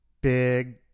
Big